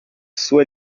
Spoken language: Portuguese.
sua